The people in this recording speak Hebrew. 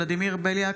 ולדימיר בליאק,